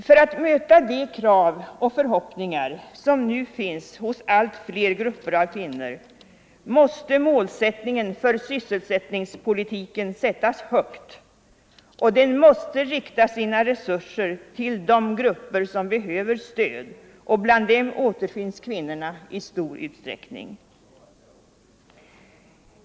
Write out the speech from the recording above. För att möta de krav och förhoppningar som nu finns hos allt fler grupper av kvinnor måste målen för sysselsättningspolitiken sättas högt. Målsättningen måste rikta sina resurser till de grupper som behöver stöd, och bland dem återfinns kvinnorna i stor utsträckning.